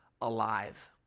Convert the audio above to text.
alive